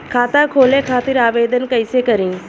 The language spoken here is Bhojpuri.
खाता खोले खातिर आवेदन कइसे करी?